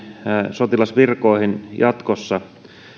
sotilasvirkoihin jatkossa on